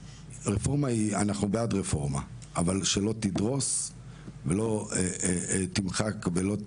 אנחנו בעד רפורמה אבל שלא תדרוס ולא תמחק ולא תפגע.